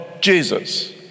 Jesus